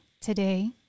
Today